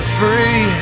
free